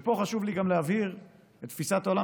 ופה חשוב לי גם להבהיר את תפיסת העולם